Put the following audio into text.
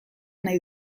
nahi